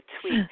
tweet